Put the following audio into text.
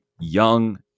young